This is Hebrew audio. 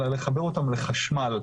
אלא לחבר אותן לחשמל.